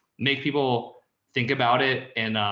make people think about it and,